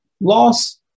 Loss